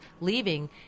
leaving